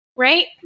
right